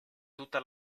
tutta